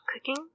cooking